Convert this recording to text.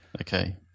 Okay